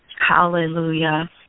Hallelujah